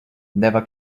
never